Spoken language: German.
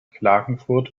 klagenfurt